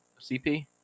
CP